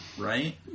right